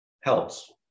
helps